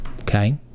okay